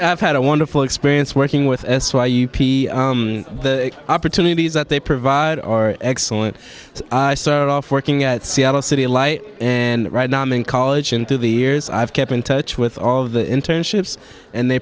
wonderful had a wonderful experience working with s y u p the opportunities that they provide or excellent to start off working at seattle city light and right now i'm in college and through the years i've kept in touch with all of the internships and they